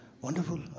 Wonderful